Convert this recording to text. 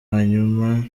yanyuma